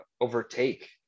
overtake